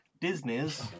Disney's